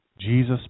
Jesus